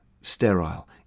sterile